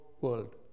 world